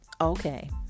Okay